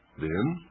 then,